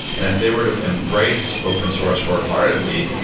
and if they were to embrace open source wholeheartedly,